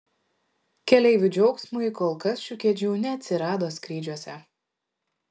keleivių džiaugsmui kol kas šių kėdžių neatsirado skrydžiuose